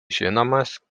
žinomas